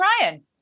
Ryan